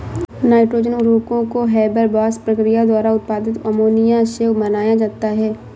nitrogen उर्वरकों को Haber Bosch प्रक्रिया द्वारा उत्पादित अमोनिया से बनाया जाता है